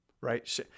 right